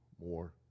more